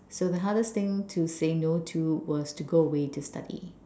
so the hardest thing to say no to was to go away to study